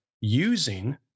using